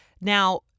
Now